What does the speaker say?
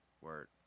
Word